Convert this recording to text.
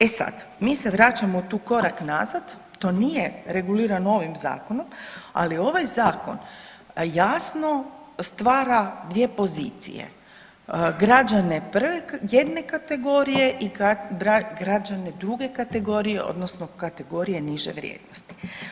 E sad, mi se vraćamo tu korak nazad, to nije regulirano ovim zakonom, ali ovaj zakon jasno stvara dvije pozicije, građane jedne kategorije i građane druge kategorije odnosno kategorije niže vrijednosti.